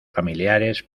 familiares